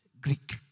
Greek